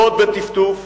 לא בטפטוף